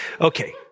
okay